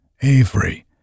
Avery